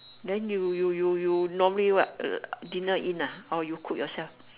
then you you you you normally what dinner in ah or you cook yourself